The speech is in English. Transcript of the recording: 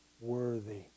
worthy